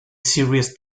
serious